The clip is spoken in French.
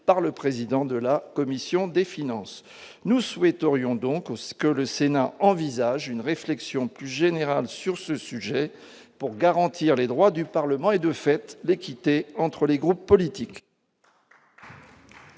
par le président de la commission des finances, nous souhaiterions donc ce que le Sénat envisage une réflexion plus générale sur ce sujet pour garantir les droits du Parlement et de fait, l'équité entre les groupes politiques.